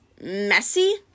Messy